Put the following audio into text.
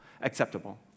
acceptable